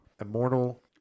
immortal